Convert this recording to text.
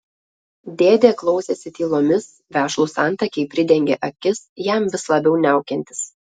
dėdė klausėsi tylomis vešlūs antakiai pridengė akis jam vis labiau niaukiantis